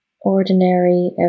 ordinary